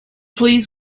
please